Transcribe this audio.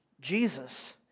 Jesus